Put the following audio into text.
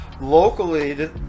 locally